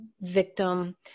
victim